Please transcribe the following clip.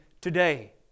today